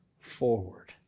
forward